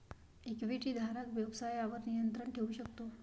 इक्विटीधारक व्यवसायावर नियंत्रण ठेवू शकतो